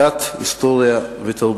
דת, היסטוריה ותרבות.